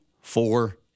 four